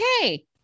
okay